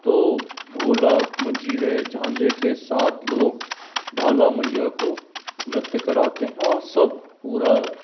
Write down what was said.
तो ढोलक मंजीरे झांझे के साथ लोग ढाला मैया को नृत्य कराते हैं और सब पूरा